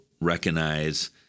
recognize